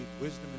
wisdom